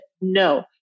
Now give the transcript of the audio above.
no